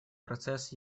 процесс